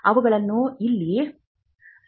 ಅವುಗಳನ್ನು ಎಲ್ಲಿ ಸಂಗ್ರಹಿಸಲಾಗುತ್ತದೆ